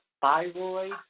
thyroid